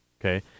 okay